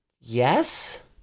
yes